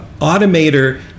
Automator